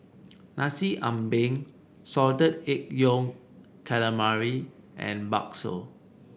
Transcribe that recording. Nasi Ambeng Salted Egg Yolk Calamari and bakso